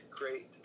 great